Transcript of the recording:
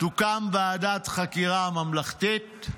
תוקם ועדת חקירה ממלכתית.